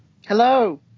Hello